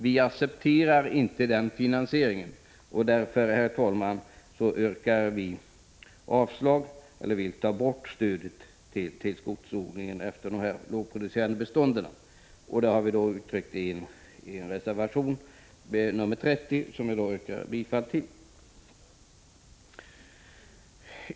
Vi accepterar inte den finansieringen, och därför vill vi ta bort = "2" RR stödet till skogsodling efter lågproducerande bestånd. Detta har vi uttryckt i förlag Häger reservation 30, som jag yrkar bifall till.